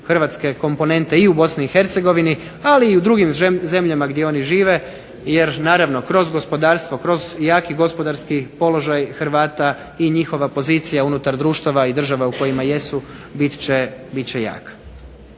Hrvatske komponente i u BiH, ali i u drugim zemljama gdje oni žive jer naravno da kroz gospodarstvo, kroz jaki gospodarski položaj Hrvata i njihova pozicija unutar društava i države u kojima jesu bit će jaka.